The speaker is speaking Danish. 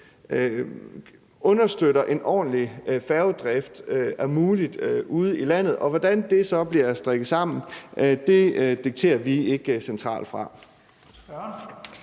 understøtter det, at en ordentlig færgedrift er mulig ude i landet, og hvordan det så bliver strikket sammen, dikterer vi ikke centralt fra.